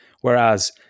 Whereas